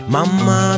Mama